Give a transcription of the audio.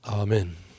Amen